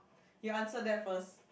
you answer that first